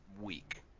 week